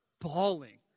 bawling